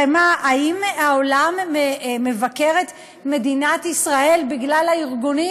האם העולם מבקר את מדינת ישראל בגלל הארגונים?